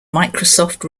microsoft